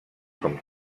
com